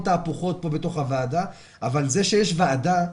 תהפוכות כאן בתוך הוועדה אבל זה שיש ועדה,